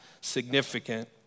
significant